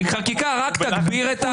כי חקיקה רק תגביר את התנגדות הציבור.